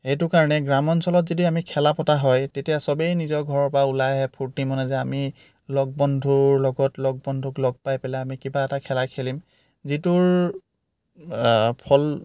এইটো কাৰণে গ্ৰাম্যঞ্চলত যদি আমি খেলা পতা হয় তেতিয়া চবেই নিজৰ ঘৰৰ পৰা ওলাই আহে ফূৰ্তি মনে যে আমি লগ বন্ধুৰ লগত লগ বন্ধুক লগ পাই পেলাই আমি কিবা এটা খেলা খেলিম যিটোৰ ফল